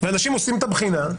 אנשים עושים את הבחינה,